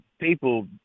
people